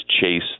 chase